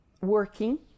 working